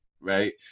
right